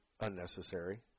unnecessary